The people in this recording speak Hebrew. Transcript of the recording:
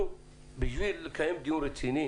בשביל לקיים פה דיון רציני